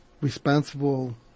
responsible